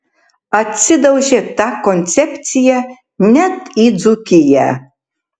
atsidaužė ta koncepcija net į dzūkiją